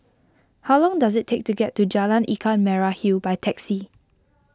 how long does it take to get to Jalan Ikan Merah Hill by taxi